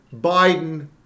Biden